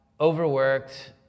overworked